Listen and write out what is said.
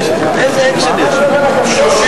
מרצ וקבוצת סיעת קדימה לסעיף 1 לא נתקבלה.